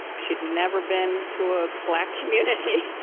she had never been to a black community.